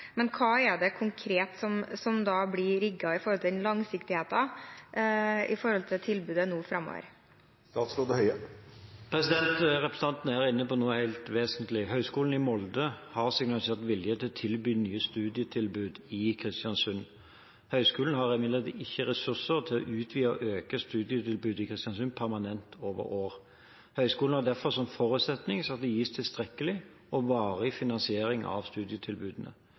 men kan statsråden si hva som da konkret blir rigget når det gjelder langsiktigheten i tilbudet framover? Representanten er inne på noe helt vesentlig. Høgskolen i Molde har signalisert vilje til å tilby nye studietilbud i Kristiansund, men høgskolen har imidlertid ikke ressurser til å utvide og øke studietilbudet i Kristiansund permanent over år. Høgskolen har derfor som forutsetning at det gis tilstrekkelig og varig finansiering av studietilbudene.